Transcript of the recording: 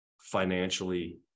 financially